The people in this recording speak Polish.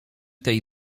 tej